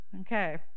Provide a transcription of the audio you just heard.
Okay